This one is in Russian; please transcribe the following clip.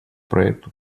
проекту